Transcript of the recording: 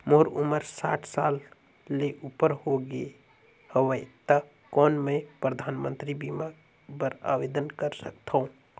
मोर उमर साठ साल ले उपर हो गे हवय त कौन मैं परधानमंतरी बीमा बर आवेदन कर सकथव?